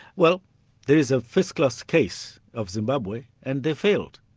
well there is a first-class case of zimbabwe, and they failed.